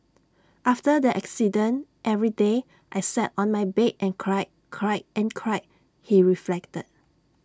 after the accident every day I sat on my bed and cried cried and cried he reflected